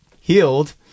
healed